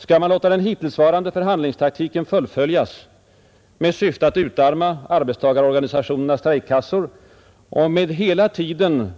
Skall man låta den hittillsvarande förhandlingstaktiken fullföljas med syfte att utarma arbetstagarorganisationernas strejkkassor och med den hela tiden